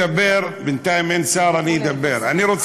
בינתיים אין שר, אני אדבר.